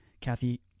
Kathy